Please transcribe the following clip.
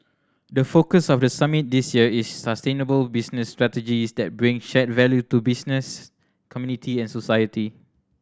the focus of the summit this year is sustainable business strategies that bring shared value to business community and society